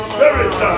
Spirit